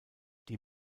die